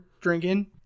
drinking